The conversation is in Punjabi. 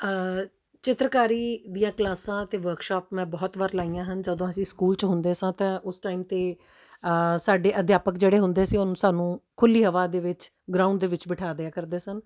ਚਿੱਤਰਕਾਰੀ ਦੀਆਂ ਕਲਾਸਾਂ ਅਤੇ ਵਰਕਸ਼ਾਪ ਮੈਂ ਬਹੁਤ ਵਾਰ ਲਾਈਆਂ ਹਨ ਜਦੋਂ ਅਸੀਂ ਸਕੂਲ 'ਚ ਹੁੰਦੇ ਸਾਂ ਤਾਂ ਉਸ ਟਾਈਮ 'ਤੇ ਸਾਡੇ ਅਧਿਆਪਕ ਜਿਹੜੇ ਹੁੰਦੇ ਸੀ ਉਹ ਸਾਨੂੰ ਖੁੱਲ੍ਹੀ ਹਵਾ ਦੇ ਵਿੱਚ ਗਰਾਊਂਡ ਦੇ ਵਿੱਚ ਬਿਠਾ ਦਿਆ ਕਰਦੇ ਸਨ